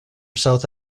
south